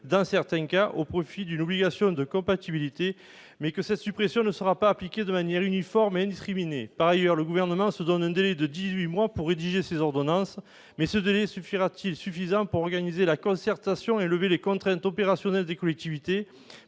dans certains cas au profit d'une obligation de compatibilité, mais que cette suppression ne sera pas appliquée de manière uniforme et indiscriminée. Par ailleurs, le Gouvernement se donne un délai de dix-huit mois pour rédiger ces ordonnances. Ce délai sera-t-il suffisant pour organiser la concertation et lever les contraintes opérationnelles des collectivités ?